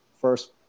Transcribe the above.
first